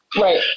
right